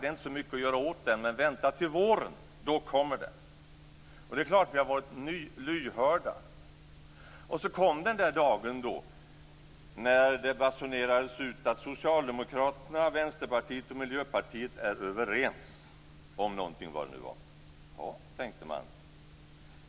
Det är inte så mycket att göra åt den, men vänta till våren. Då kommer den. Det är klart att vi har varit lyhörda. Och så kom då den där dagen när det basunerades ut att Socialdemokraterna, Vänsterpartiet och Miljöpartiet var överens om någonting, vad det nu var. Jaha, tänkte man.